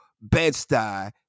Bed-Stuy